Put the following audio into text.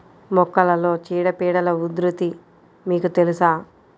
మొక్కలలో చీడపీడల ఉధృతి మీకు తెలుసా?